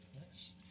Nice